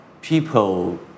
people